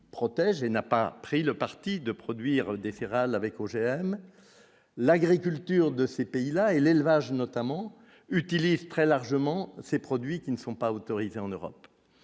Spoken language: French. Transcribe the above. protège et n'a pas pris le parti de produire des céréales avec OGM, l'agriculture de ces pays là et l'élevage notamment utilisent très largement ces produits qui ne sont pas autorisés en Europe